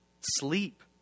sleep